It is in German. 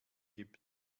gibt